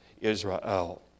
Israel